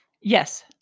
Yes